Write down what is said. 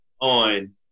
on